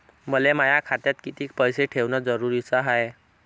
मले माया खात्यात कितीक पैसे ठेवण जरुरीच हाय?